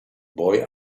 boy